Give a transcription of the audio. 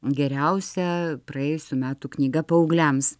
geriausia praėjusių metų knyga paaugliams